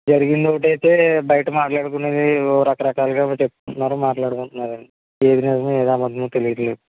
జరిగింది ఒకటి అయితే బయట మాట్లాడుకునేది రకరకాలుగా చెప్తున్నారు మాట్లాడుకుంటున్నారు అండి ఏది నిజమో ఏది అబద్దమో తెలియట్లేదు